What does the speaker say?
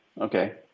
Okay